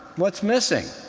what's missing?